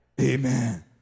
Amen